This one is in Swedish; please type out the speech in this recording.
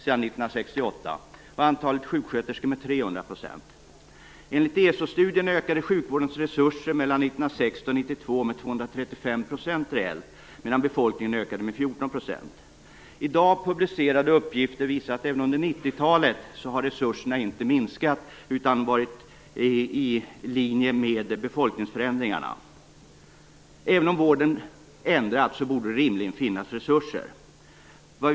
Enligt ESO-studien ökade sjukvårdens resurser mellan 1960 och 1992 med 235 % reellt, medan befolkningen ökade med 14 %. I dag publicerade uppgifter visar att resurserna inte heller under 90-talet har minskat utan varit i linje med befolkningsförändringarna. Även om vården ändrats borde rimligen resurser finnas.